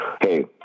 hey